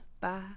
bye